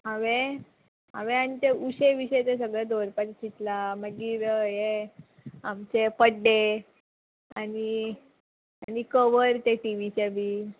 हांवें हांवें आनी ते उशे बिशें ते सगळे दवरपाचे चितला मागीर हे आमचे पड्डे आनी आनी कवर ते टिवीचे बी